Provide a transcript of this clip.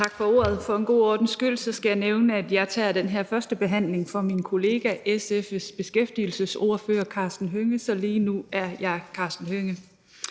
Tak for ordet. For en god ordens skyld skal jeg nævne, at jeg tager den her første behandling for min kollega, SF's beskæftigelsesordfører, Karsten Hønge, så lige nu er jeg Karsten Hønge.